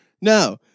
No